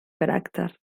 caràcter